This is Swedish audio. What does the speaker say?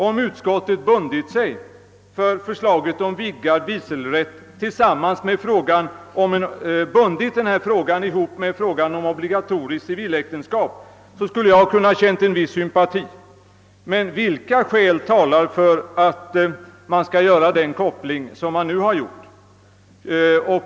Om utskottet bundit ihop förslaget om vidgad vigselrätt med frågan om obligatoriskt civiläktenskap, skulle jag ha kunnat känna en viss sympati därför. Men vilka skäl talar för den koppling som man nu har gjort?